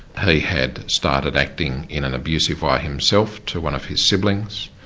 he had started acting in an abusive way himself to one of his siblings,